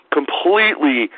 completely